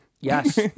Yes